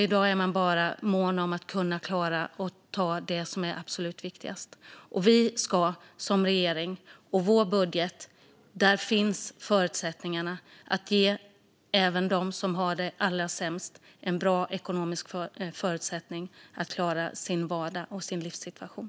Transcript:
I dag är man bara mån om att klara det som är absolut viktigast. I vår budget finns förutsättningarna att ge även dem som har det allra sämst bra ekonomiska förutsättningar att klara sin vardag och sin livssituation.